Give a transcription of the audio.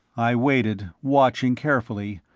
i waited, watching carefully,